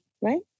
right